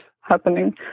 happening